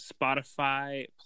Spotify